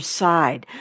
side